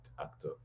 actor